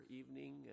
evening